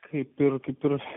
kaip ir kitus